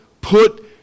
put